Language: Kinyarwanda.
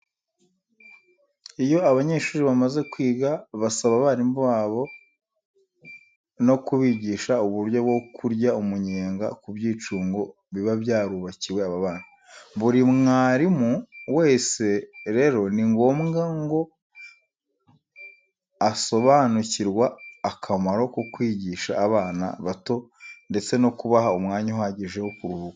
Iyo abanyeshuri bamaze kwiga basaba abarimu babo no kubigisha uburyo bwo kurya umunyenga mu byicungo biba byarubakiwe aba bana. Buri mwarimu wese rero ni ngombwa ko asobanukirwa akamaro ko kwigisha abana bato ndetse no kubaha umwanya uhagije wo kuruhuka.